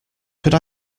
could